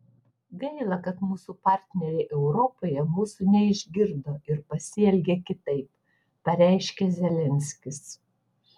gaila kad mūsų partneriai europoje mūsų neišgirdo ir pasielgė kitaip pareiškė zelenskis